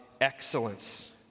excellence